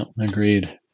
agreed